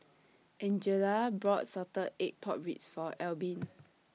Angela bought Salted Egg Pork Ribs For Albin